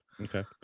okay